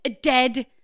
dead